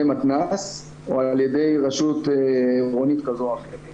מתנ"ס או על ידי רשות עירונית כזו או אחרת.